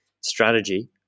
strategy